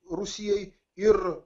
rusijai ir